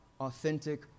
authentic